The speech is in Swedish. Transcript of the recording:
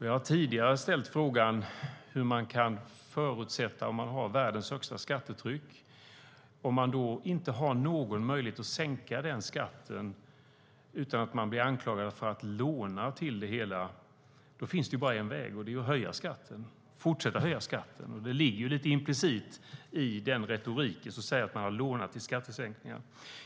Jag har tidigare frågat hur man, om man har världens högsta skattetryck, kan förutsätta att det inte finns någon möjlighet att sänka skatten. I stället blir man anklagad för att låna till det hela. I så fall finns det bara en väg, och det är att fortsätta att höja skatten. Det ligger lite grann implicit i den retorik som säger att alliansregeringen lånat till skattesänkningar.